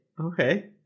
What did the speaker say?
okay